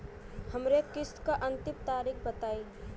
हमरे किस्त क अंतिम तारीख बताईं?